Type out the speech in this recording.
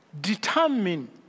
determine